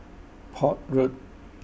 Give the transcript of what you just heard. Port Road